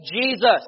Jesus